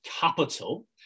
capital